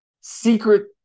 secret